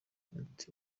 ati